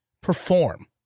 perform